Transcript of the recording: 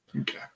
Okay